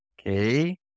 Okay